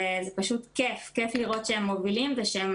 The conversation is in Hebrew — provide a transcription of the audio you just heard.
וזה פשוט כייף לראות שהם מובילים ושהם